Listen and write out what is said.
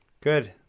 good